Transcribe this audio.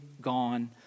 gone